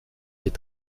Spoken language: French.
est